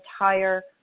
entire